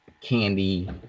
candy